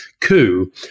coup